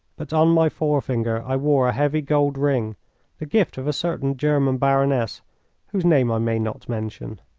but on my forefinger i wore a heavy gold ring the gift of a certain german baroness whose name i may not mention.